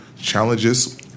challenges